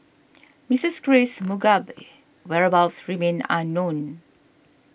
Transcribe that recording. Mistress Grace Mugabe whereabouts remain unknown